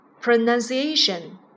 pronunciation